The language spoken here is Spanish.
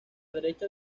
derecha